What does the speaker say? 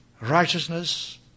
righteousness